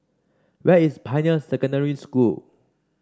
where is Pioneer Secondary School